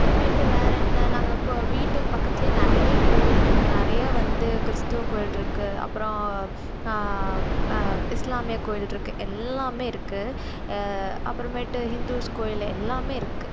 அப்புறமேட்டு வேற என்ன நாங்கள் கோ வீட்டுப் பக்கத்திலையே நிறைய கோயில் இருக்குது நிறைய வந்து கிறிஸ்துவ கோயில் இருக்குது அப்பறம் இஸ்லாமிய கோயில் இருக்குது எல்லாமே இருக்குது அப்புறமேட்டு ஹிந்துஸ் கோயில் எல்லாமே இருக்குது